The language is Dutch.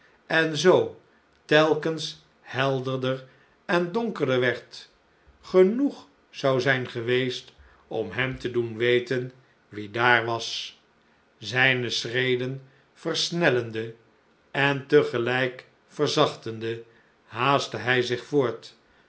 en zoo telkens helderder en donkerder werd genoeg zou zijn geweest om hem te doen weten wie daar was zijne schreden versnellende en tegelijk verzachtende haastte hij zich voort